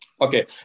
Okay